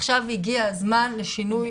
עכשיו הגיע הזמן לשינוי,